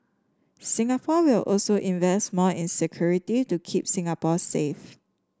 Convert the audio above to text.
Singapore will also invest more in security to keep Singapore safe